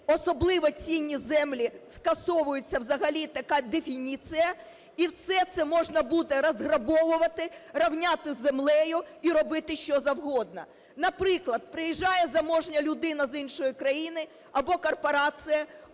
особливо цінні землі, скасовується взагалі така дефініція, і все це можна буде розграбовувати, рівняти з землею і робити, що завгодно. Наприклад, приїжджає заможна людина з іншої країни або корпорація,